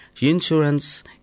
insurance